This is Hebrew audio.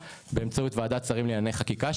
באמצעות ועדת שרים לענייני חקיקה,